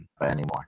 anymore